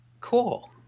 Cool